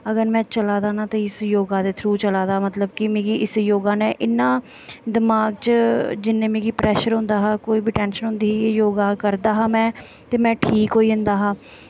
अगर में चला'रदा ते इस योगा दे थ्रू चला'रदा मतलब कि मिगी इस योगा ने इन्ना दमाक च जिन्ना मिगी प्रैशर होंदा हा कोई बी टैंशन होंदा हा योगा करदा हा में ते में ठीक होई जंदा हा